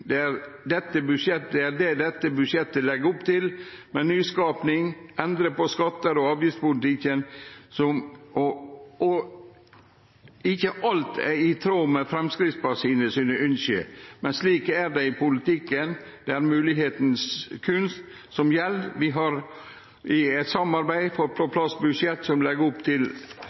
er det dette budsjettet legg opp til, med nyskaping og endring av skatte- og avgiftspolitikken. Ikkje alt er i tråd med ønska til Framstegspartiet, men slik er det i politikken. Det er moglegheitas kunst som gjeld. Vi har gjennom samarbeid fått på plass eit budsjett som legg opp til